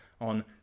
on